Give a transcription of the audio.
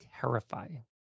terrifying